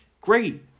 great